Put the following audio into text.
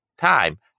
time